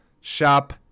Shop